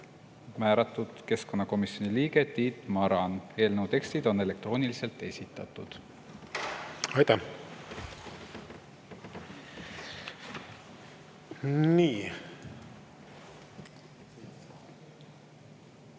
määratud keskkonnakomisjoni liige Tiit Maran. Eelnõu tekstid on elektrooniliselt esitatud. Austatud